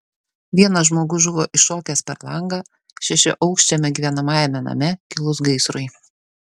vienas žmogus žuvo iššokęs per langą šešiaaukščiame gyvenamajame name kilus gaisrui